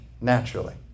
naturally